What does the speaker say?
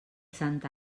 santa